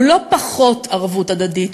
הוא לא פחות ערבות הדדית,